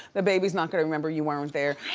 the baby's not gonna remember you weren't there.